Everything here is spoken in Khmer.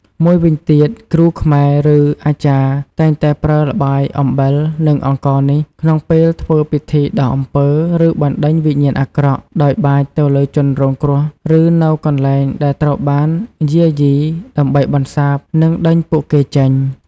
មួយវិញទៀត គ្រូខ្មែរ ឬអាចារ្យ តែងតែប្រើល្បាយអំបិល និងអង្ករនេះ ក្នុងពេលធ្វើពិធីដោះអំពើ ឬបណ្ដេញវិញ្ញាណអាក្រក់ ដោយបាចទៅលើជនរងគ្រោះ ឬនៅកន្លែងដែលត្រូវបានយាយី ដើម្បីបន្សាប និងដេញពួកគេចេញ។